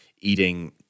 eating